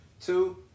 Two